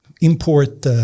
import